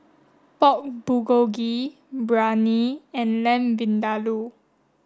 Pork Bulgogi Biryani and Lamb Vindaloo